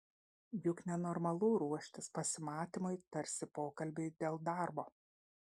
juk nenormalu ruoštis pasimatymui tarsi pokalbiui dėl darbo